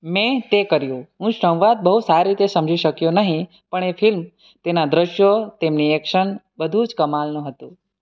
મેં તે કર્યું હું સંવાદ બહુ સારી રીતે સમજી શક્યો નહીં પણ એ ફિલ્મ તેનાં દૃશ્યો તેમની એક્શન બધું જ કમાલનું હતું